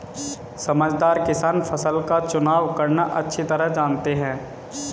समझदार किसान फसल का चुनाव करना अच्छी तरह जानते हैं